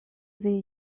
sehe